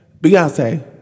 Beyonce